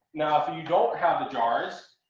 now if and you don't have the jars,